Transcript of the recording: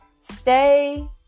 stay